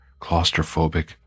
Claustrophobic